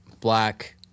black